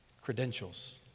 credentials